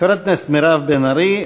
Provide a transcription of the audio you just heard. חברת הכנסת מירב בן ארי,